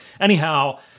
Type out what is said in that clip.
Anyhow